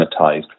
monetized